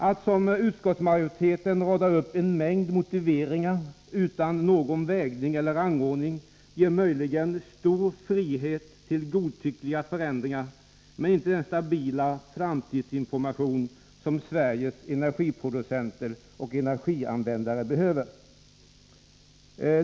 Att, som utskottsmajoriteten gör, rada upp en mängd motiveringar utan någon vägning eller rangordning ger möjligen stor frihet till godtyckliga förändringar men inte den stabila framtidsinformation som Sveriges energiproducenter och energianvändare behöver.